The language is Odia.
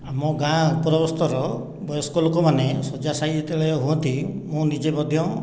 ଆମ ଗାଁ ଉପରବସ୍ତର ବୟସ୍କ ଲୋକମାନେ ଶଯ୍ୟାଶାୟୀ ଯେତେବେଳେ ହୁଅନ୍ତି ମୁଁ ନିଜେ ମଧ୍ୟ